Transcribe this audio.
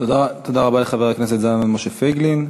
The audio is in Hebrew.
תודה רבה לחבר הכנסת משה זלמן פייגלין.